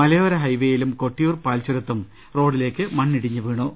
മലയോര ഹൈവേയിലും കൊട്ടിയൂർ പാൽച്ചുരത്തും റേഡിലേക്ക് മണ്ണിടിഞ്ഞ് വീണു